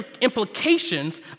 implications